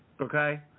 Okay